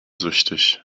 süchtig